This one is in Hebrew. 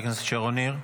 חברת הכנסת שרון ניר.